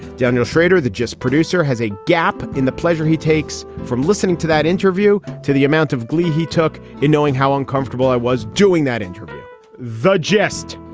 daniel shrader, the just producer, has a gap in the pleasure he takes from listening to that interview to the amount of glee he took in knowing how uncomfortable i was doing that interview via jest.